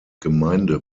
gemeinde